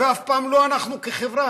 ואף פעם לא אנחנו כחברה,